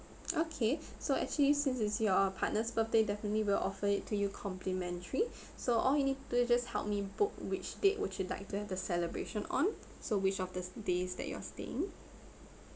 okay so actually since it's your partner's birthday definitely will offer it to you complimentary so all you need to you just helped me book which date would you like to have the celebration on so which of these days that you are staying